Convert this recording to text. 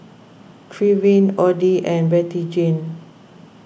Trevin Oddie and Bettyjane